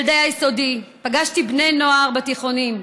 ילדי היסודי, פגשתי בני נוער בתיכונים,